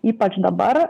ypač dabar